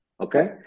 Okay